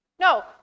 No